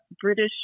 British